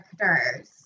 characters